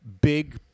big